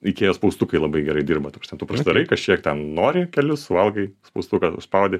ikea spaustukai labai gerai dirba ta prasme tu prasidarai kažkiek ten nori kelis suvalgai spaustuką nuspaudi